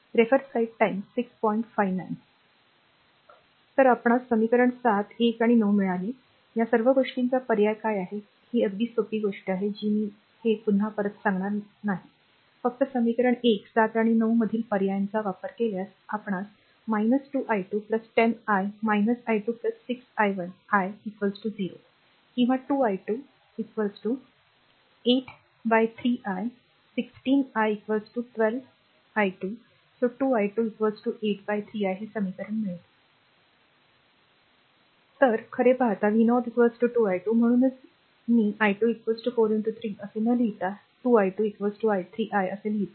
तरआपणास समीकरण ७१आणि ९ मिळेल या सर्व गोष्टींचा पर्याय काय आहे ही अगदी सोपी गोष्ट आहे जी मी हे पुन्हा परत सांगणार नाही फक्त समीकरण १ ७ आणि ९ मधील पर्यायांचा वापर केल्यास आपणास 2 i2 10 I i2 6 i 0 किंवा 2 i2 actuallyप्रत्यक्षात तरखरे पाहता v0 2 i2 म्हणूनच मी i2 4 3 असे न लिहिता 2 i2 i3 i असे लिहितो